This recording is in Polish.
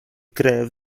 krew